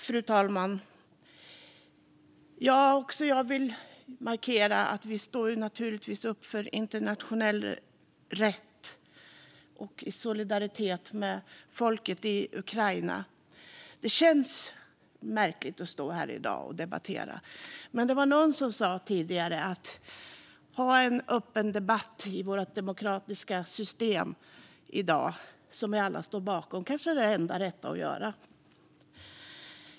Fru talman! Också jag vill markera att vi naturligtvis står upp för internationell rätt och för solidaritet med folket i Ukraina. Det känns märkligt att stå här i dag och debattera. Men som någon sa tidigare: att ha en öppen debatt i dag i vårt demokratiska system, som vi alla står bakom, kanske är det enda rätta att göra.